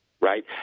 right